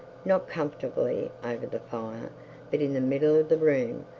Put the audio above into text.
not comfortably over the fire, but in the middle of the room,